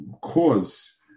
cause